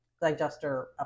digester